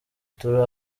turi